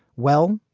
well,